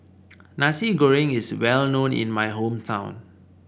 Nasi Goreng is well known in my hometown